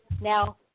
Now